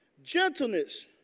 Gentleness